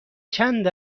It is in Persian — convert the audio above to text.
چند